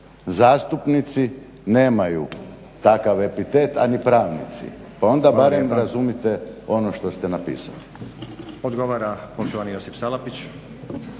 zastupnici nemaju takav epitet, a ni pravnici pa onda barem razumite ono što ste napisali.